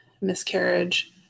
miscarriage